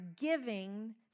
giving